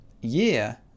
year